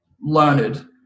learned